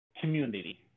community